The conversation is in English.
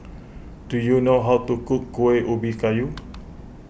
do you know how to cook Kueh Ubi Kayu